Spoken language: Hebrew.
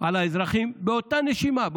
על האזרחים ובאותה נשימה,